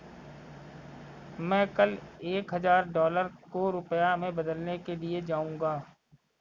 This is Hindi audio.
मैं कल एक हजार डॉलर को रुपया में बदलने के लिए जाऊंगा